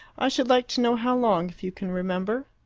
i should like to know how long, if you can remember.